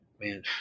man